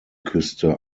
küste